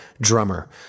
drummer